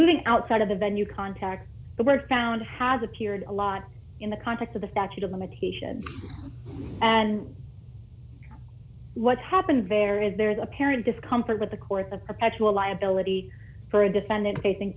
moving outside of the venue contacts were found has appeared a lot in the context of the statute of limitations and what's happened there is there is apparent discomfort with the court the perpetual liability for a defendant i think